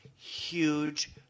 huge